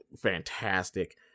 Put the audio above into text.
fantastic